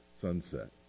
sunset